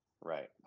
right